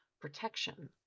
protection